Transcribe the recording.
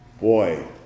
boy